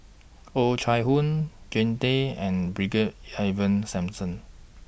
Oh Chai Hoo Jean Tay and Brigadier Ivan Simson